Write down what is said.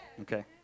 Okay